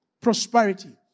prosperity